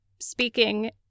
speaking